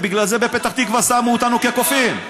בגלל זה בפתח תקווה שמו אותנו כקופים.